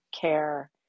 care